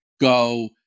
go